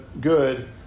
good